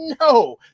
no